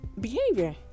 Behavior